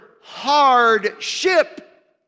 hardship